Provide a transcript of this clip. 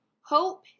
hope